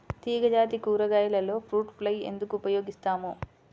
తీగజాతి కూరగాయలలో fruit fly ఎందుకు ఉపయోగిస్తాము?